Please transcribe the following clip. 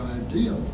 idea